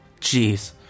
Jeez